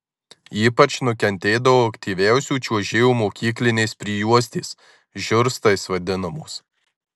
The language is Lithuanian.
ypač nukentėdavo aktyviausių čiuožėjų mokyklinės prijuostės žiurstais vadinamos